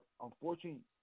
unfortunately